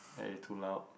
at it too loud